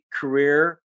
career